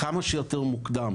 כמה שיותר מוקדם.